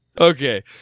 Okay